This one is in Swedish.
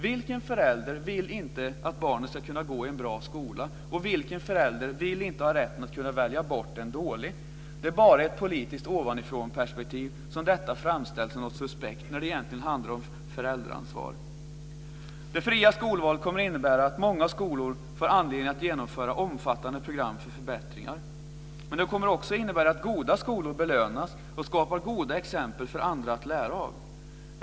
Vilken förälder vill inte att barnet ska kunna gå i en bra skola? Vilken förälder vill inte ha rätten att kunna välja bort en dålig? Det är bara i ett politiskt ovanifrånperspektiv som detta framställs som något suspekt, när det egentligen handlar om föräldraansvar. Det fria skolvalet kommer att innebära att många skolor får anledning att genomföra omfattande program för förbättringar. Men det kommer också att innebära att goda skolor belönas och skapar goda exempel för andra att lära av.